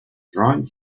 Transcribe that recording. drawing